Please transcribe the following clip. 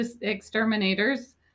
Exterminators